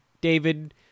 David